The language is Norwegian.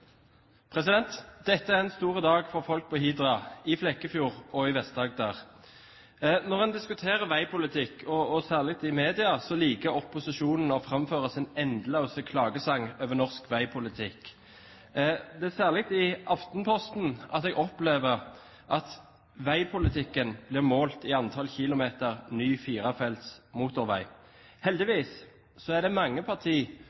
en stor dag for folket på Hidra, i Flekkefjord og i Vest-Agder. Når en diskuterer veipolitikk, og særlig i media, liker opposisjonen å framføre sin endeløse klagesang over norsk veipolitikk. Det er særlig i Aftenposten jeg opplever at veipolitikken blir målt i antall kilometer ny firefelts motorvei.